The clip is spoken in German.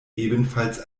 ebenfalls